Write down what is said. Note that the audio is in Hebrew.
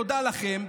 תודה לכם,